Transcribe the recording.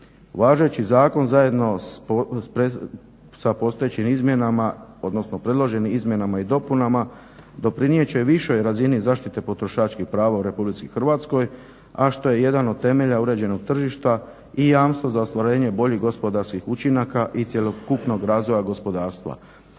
Važeći zakon zajedno sa predloženim izmjenama i dopunama doprinijet će višoj razini zaštiti potrošačkih prava u RH a što je jedan od temelja uređenog tržišta i jamstvo za ostvarenje boljih gospodarskih učinaka i cjelokupnog razvoja gospodarstva.